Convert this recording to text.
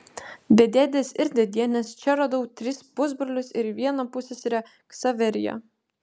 be dėdės ir dėdienės čia radau tris pusbrolius ir vieną pusseserę ksaveriją